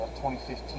2015